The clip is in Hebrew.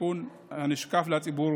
הסיכון הנשקף לציבור